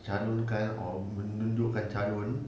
calonkan or menunjukkan calon